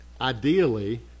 ideally